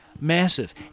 massive